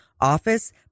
office